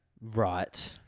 Right